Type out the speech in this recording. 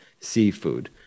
seafood